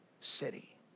city